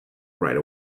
right